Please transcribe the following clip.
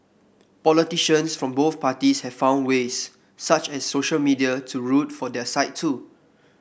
politicians from both parties have found ways such as social media to root for their side too